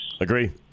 Agree